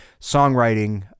songwriting